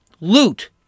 loot